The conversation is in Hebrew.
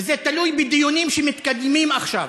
וזה תלוי בדיונים שמתקדמים עכשיו.